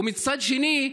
ומצד שני,